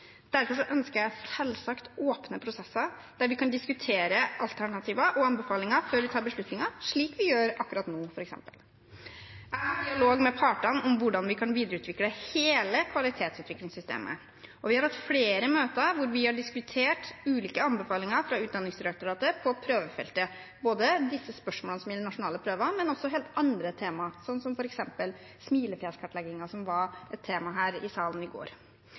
Derfor ønsker jeg selvsagt åpne prosesser, der vi kan diskutere alternativer og anbefalinger før vi tar beslutninger, slik vi gjør akkurat nå f.eks. Jeg har dialog med partene om hvordan vi kan videreutvikle hele kvalitetsvurderingssystemet, og vi har hatt flere møter der vi har diskutert ulike anbefalinger fra Utdanningsdirektoratet på prøvefeltet, både disse spørsmålene, som gjelder nasjonale prøver, og også helt andre temaer, som f.eks. smilefjeskartleggingen, som var et tema her i salen i går.